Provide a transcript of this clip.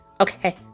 Okay